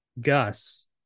gus